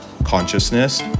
consciousness